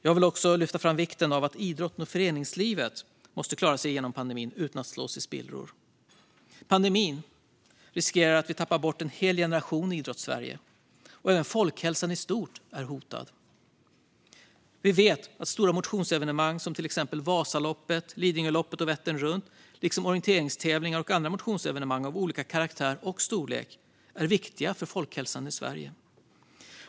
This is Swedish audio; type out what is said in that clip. Jag vill också lyfta fram vikten av att idrotten och föreningslivet klarar sig igenom pandemin utan att slås i spillror. Pandemin riskerar att leda till att vi tappar bort en hel generation i Idrottssverige. Även folkhälsan i stort är hotad. Vi vet att stora motionsevenemang, till exempel Vasaloppet, Lidingöloppet och Vätternrundan liksom orienteringstävlingar och andra motionsevenemang av olika karaktär och storlek är viktiga för folkhälsan i Sverige.